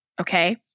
Okay